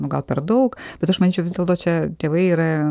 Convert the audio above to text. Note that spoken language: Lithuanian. nu gal per daug bet aš manyčiau vis dėlto čia tėvai yra